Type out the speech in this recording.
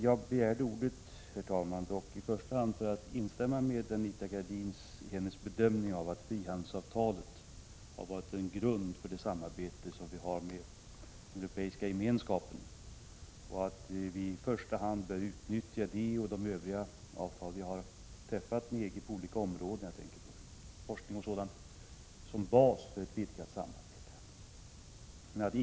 Jag begärde dock ordet, herr talman, i första hand för att instämma med Anita Gradin i att frihandelsavtalet är en grund för det samarbete vi har med Europeiska gemenskapen och att vi i första hand bör utnyttja det och de övriga avtal vi har med EG som bas för ett vidgat samarbete.